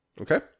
Okay